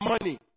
money